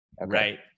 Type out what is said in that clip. Right